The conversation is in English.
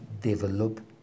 develop